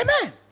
Amen